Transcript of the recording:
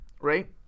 right